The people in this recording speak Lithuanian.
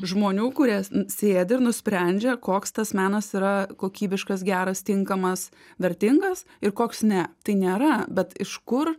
žmonių kurie sėdi ir nusprendžia koks tas menas yra kokybiškas geras tinkamas vertingas ir koks ne tai nėra bet iš kur